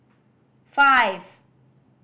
five